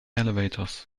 elevators